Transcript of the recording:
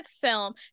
film